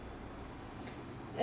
err